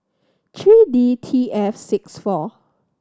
three D T F six four